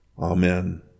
Amen